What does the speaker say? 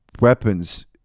weapons